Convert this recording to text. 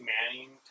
Manning